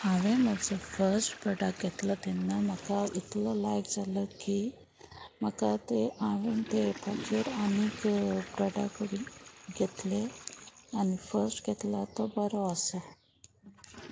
हांवें म्हजो first product घेतलो तेन्ना म्हाका इतलो लायक जालो की म्हाका ते हांवेंन ते एपाचेर आनीक प्रोडक्ट बीन घेतले आनी फस्ट घेतलो तो बरो आसा